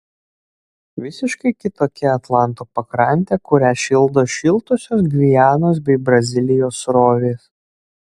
visiškai kitokia atlanto pakrantė kurią šildo šiltosios gvianos bei brazilijos srovės